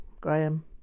Graham